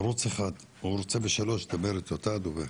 ערוץ אחד, הוא רוצה בשלוש לדבר איתו, אתה הדובר.